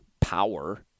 power